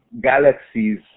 galaxies